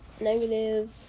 Negative